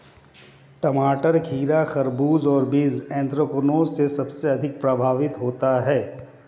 टमाटर, खीरा, खरबूजे और बीन्स एंथ्रेक्नोज से सबसे अधिक प्रभावित होते है